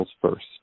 first